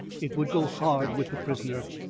it would go hard with the prisoner,